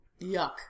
Yuck